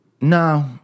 No